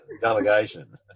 Delegation